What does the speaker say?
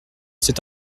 c’est